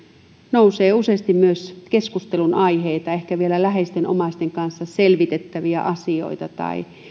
nousee useasti myös keskustelunaiheita ehkä vielä läheisten omaisten kanssa selvitettäviä asioita tai